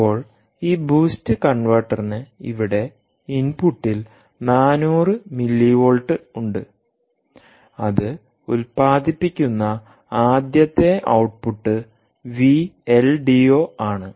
ഇപ്പോൾ ഈ ബൂസ്റ്റ് കൺവെർട്ടർന് ഇവിടെ ഇൻപുട്ടിൽ 400 മില്ലിവോൾട്ട്ഉണ്ട് അത് ഉൽപാദിപ്പിക്കുന്ന ആദ്യത്തെ output V L D O ആണ്